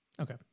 Okay